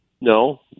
No